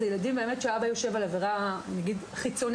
יודעים שהאבא יושב על עבירה חיצונית,